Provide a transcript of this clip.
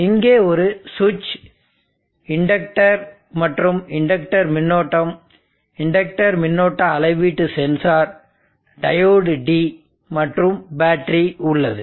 இங்கே ஒரு சுவிட்ச் இண்டக்டர் மற்றும் இண்டக்டர் மின்னோட்டம் இண்டக்டர் மின்னோட்ட அளவீட்டு சென்சார் டையோடு D மற்றும் பேட்டரி உள்ளது